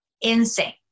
insane